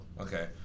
Okay